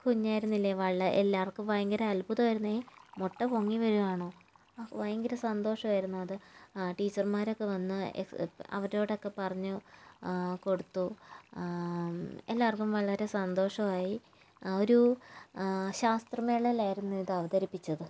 കുഞ്ഞായിരുന്നില്ലേ വള എല്ലാവർക്കും ഭയങ്കര അത്ഭുതമായിരുന്നേ മുട്ട പൊങ്ങി വരുവാണൊ ആ ഭയങ്കര സന്തോഷമായിരുന്നു അത് ടീച്ചർമാരൊക്കെ വന്ന് അവരോടൊക്കെ പറഞ്ഞ് കൊടുത്തു എല്ലാവർക്കും വളരെ സന്തോഷമായി ഒരു ശാസ്ത്രമേളയിലായിരുന്നു ഇത് അവതരിപ്പിച്ചത്